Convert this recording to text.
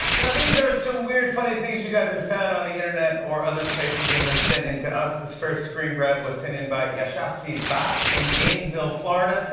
now, these are some weird funny things you guys have found on the internet or other places and then sent in to us. this first screen grab was sent in by yashasvi bhat in gainesville, florida.